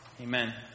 Amen